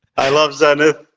i love zenith.